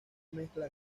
mezcla